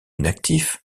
inactif